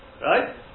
Right